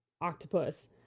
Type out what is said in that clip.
octopus